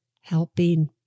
helping